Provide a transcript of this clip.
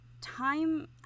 time